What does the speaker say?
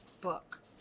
book